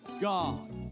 God